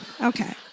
Okay